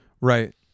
right